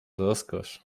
rozkosz